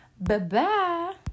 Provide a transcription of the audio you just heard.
Bye-bye